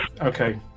Okay